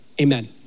Amen